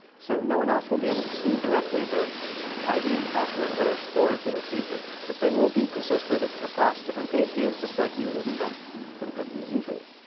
so no one else will be able to see directly the id and password that are stored for this user. but they will be persisted across different page views, just like you would expect for cookies usually.